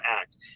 act